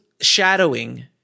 shadowing